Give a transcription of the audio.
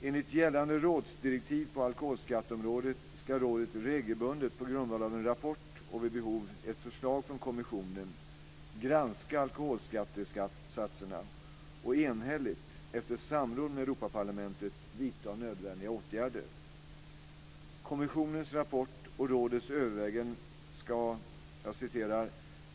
Enligt gällande rådsdirektiv på alkoholskatteområdet ska rådet regelbundet på grundval av en rapport och, vid behov, ett förslag från kommissionen granska alkoholskattesatserna och enhälligt, efter samråd med Europaparlamentet, vidta nödvändiga åtgärder.